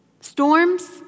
storms